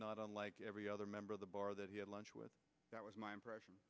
not on like every other member of the bar that he had lunch with that was my impression